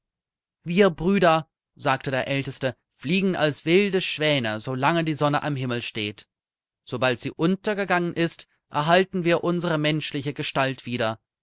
wir brüder sagte der älteste fliegen als wilde schwäne solange die sonne am himmel steht sobald sie untergegangen ist erhalten wir unsere menschliche gestalt wieder